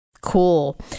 Cool